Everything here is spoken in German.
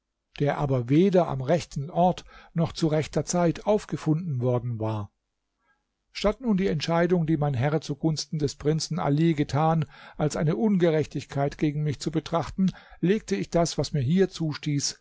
der aber weder am rechten ort noch zu rechter zeit aufgefunden worden war statt nun die entscheidung die mein herr zugunsten des prinzen ali getan als eine ungerechtigkeit gegen mich zu betrachten legte ich das was mir hier